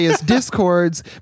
discords